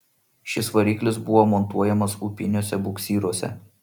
šis variklis buvo montuojamas upiniuose buksyruose